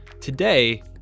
today